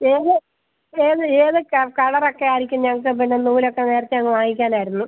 ഏത് ഏത് ഏത് കളറൊക്കെ ആയിരിക്കും ഞങ്ങൾക്ക് പിന്നെ നൂലൊക്കെ നേരത്തെ അങ്ങ് വാങ്ങിക്കാൻ ആയിരുന്നു